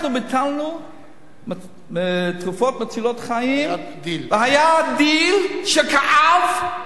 אנחנו ביטלנו תרופות מצילות חיים והיה דיל שכאב,